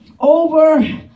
over